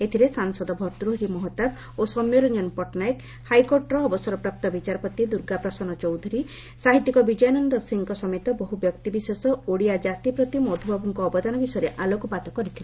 ଏଥିରେ ସାଂସଦ ଭର୍ଭୂହରି ମହତାବ ଓ ସୌମ୍ୟରଂଜନ ପଟ୍ଟନାୟକ ହାଇକୋର୍ଟର ଅବସରପ୍ରାପ୍ତ ବିଚାରପତି ଦୁର୍ଗାପ୍ରସନ୍ନ ଚୌଧୁରୀ ସାହିତ୍ୟିକ ବିଜୟାନନ୍ଦ ସିଂଙ୍କ ସମେତ ବହୁ ବ୍ୟକ୍ତିବିଶେଷ ଓଡ଼ିଆ ଜାତି ପ୍ରତି ମଧୁବାବୁଙ୍କ ଅବଦାନ ବିଷୟରେ ଆଲୋକପାତ କରିଥିଲେ